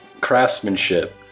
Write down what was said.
Craftsmanship